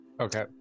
okay